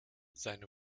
seine